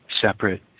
separate